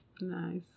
Nice